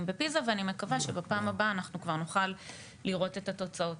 בפיזה ואני מקווה שבפעם הבאה אנחנו כבר נוכל לראות את התוצאות.